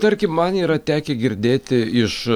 tarkim man yra tekę girdėti iš